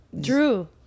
Drew